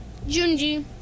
Junji